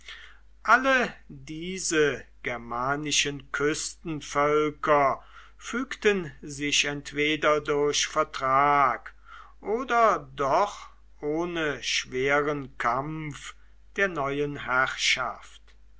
alle diese germanischen küstenvölker fügten sich entweder durch vertrag oder doch ohne schweren kampf der neuen herrschaft